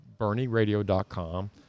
BernieRadio.com